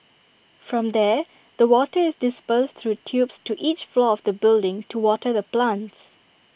from there the water is dispersed through tubes to each floor of the building to water the plants